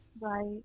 Right